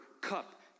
cup